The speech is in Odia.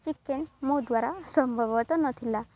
ଚିକେନ ମୋ ଦ୍ୱାରା ସମ୍ଭବ ତ ନଥିଲା